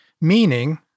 meaning